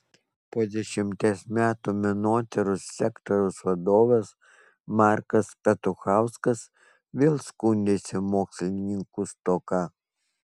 po dešimties metų menotyros sektoriaus vadovas markas petuchauskas vėl skundėsi mokslininkų stoka